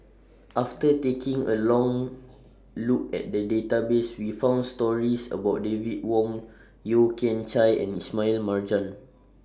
after taking A Long Look At The Database We found stories about David Wong Yeo Kian Chye and Ismail Marjan